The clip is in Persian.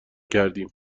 کردیم